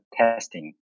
testing